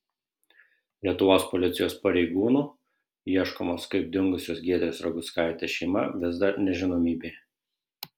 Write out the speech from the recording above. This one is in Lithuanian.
lietuvos policijos pareigūnų ieškomos kaip dingusios giedrės raguckaitės šeima vis dar nežinomybėje